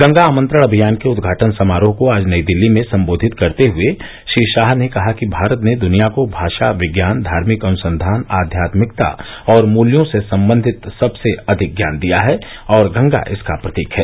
गंगा आमंत्रण अभियान के उद्घाटन समारोह को आज नई दिल्ली में संबोधित करते हुए श्री शाह ने कहा कि भारत ने दुनिया को भाषा विज्ञान धार्मिक अनुसंघान आध्यात्मिकता और मूल्यों से संबंधित सबसे अधिक ज्ञान दिया है और गंगा इसका प्रतीक है